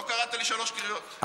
לא קראת אותי שלוש קריאות.